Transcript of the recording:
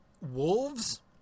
Wolves